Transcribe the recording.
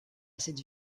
cette